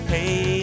Hey